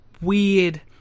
weird